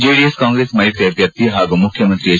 JDS Congress ಮೈತ್ರಿ ಅಭ್ಯರ್ಥಿ ಹಾಗೂ ಮುಖ್ಯಮಂತ್ರಿ ಎಚ್